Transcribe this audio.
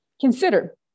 Consider